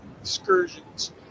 excursions